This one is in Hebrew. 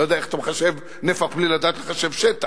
אני לא יודע איך אתה מחשב נפח בלי לדעת לחשב שטח,